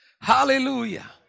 Hallelujah